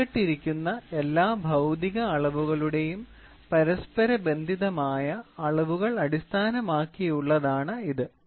ഉൾപ്പെട്ടിരിക്കുന്ന എല്ലാ ഭൌതിക അളവുകളുടെയും പരസ്പരബന്ധിതമായ അളവുകൾ അടിസ്ഥാനമാക്കിയുള്ളതാണ് ഇത്